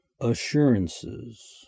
Assurances